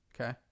Okay